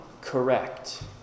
Correct